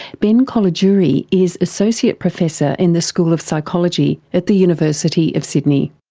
ben colagiuri is associate professor in the school of psychology at the university of sydney.